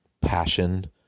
Passion